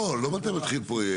לא, לא מתי מתחיל פרויקט.